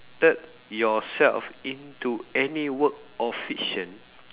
~ted yourself into any work or fiction